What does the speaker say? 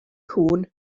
cŵn